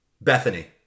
Bethany